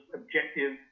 objective